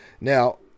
now